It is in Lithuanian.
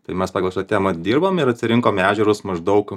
tai mes pagal šitą temą dirbam ir atsirinkom ežerus maždaug